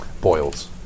Boils